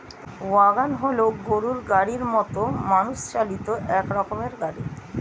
wagon হল গরুর গাড়ির মতো মানুষ চালিত এক রকমের গাড়ি